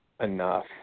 enough